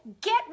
get